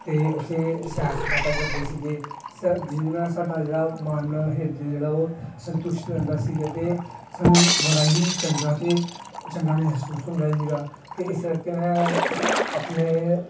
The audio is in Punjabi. ਅਤੇ ਉੱਥੇ ਸੈਰ ਸਪਾਟਾ ਕਰਦੇ ਸੀਗੇ ਸ ਜਿਹਦੇ ਨਾਲ਼ ਸਾਡਾ ਜਿਹੜਾ ਮਨ ਹਿਰਦੇ ਜਿਹੜਾ ਉਹ ਸੰਤੁਸ਼ਟ ਰਹਿੰਦਾ ਸੀ ਅਤੇ ਸਾਨੂੰ ਬੜਾ ਹੀ ਚੰਗਾ ਅਤੇ ਚੰਗਾ ਮਹਿਸੂਸ ਹੁੰਦਾ ਸੀਗਾ ਅਤੇ ਇਸ ਕਰਕੇ ਮੈਂ ਆਪਣੇ